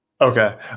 Okay